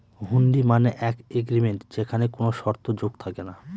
হুন্ডি মানে এক এগ্রিমেন্ট যেখানে কোনো শর্ত যোগ থাকে না